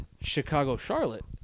Chicago-Charlotte